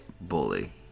bully